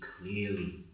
clearly